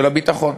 של הביטחון.